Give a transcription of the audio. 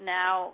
now